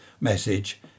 message